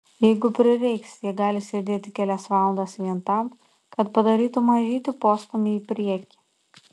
jeigu prireiks jie gali sėdėti kelias valandas vien tam kad padarytų mažytį postūmį į priekį